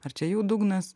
ar čia jau dugnas